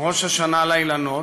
ראש השנה לאילנות,